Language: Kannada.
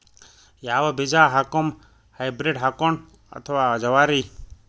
ಯಾವ ಬೀಜ ಹಾಕುಮ, ಹೈಬ್ರಿಡ್ ಹಾಕೋಣ ಅಥವಾ ಜವಾರಿ?